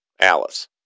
Alice